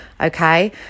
okay